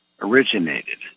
originated